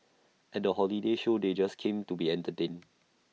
at the holiday show they just came to be entertained